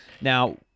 Now